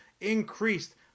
increased